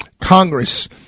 Congress